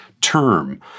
term